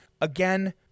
again